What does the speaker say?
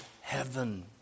heaven